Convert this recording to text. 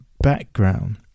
background